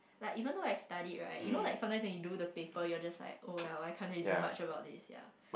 like even though I studied right you know like sometimes when you do the paper you're just like oh well I can't really do much about it sia